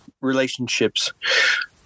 relationships